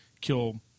kill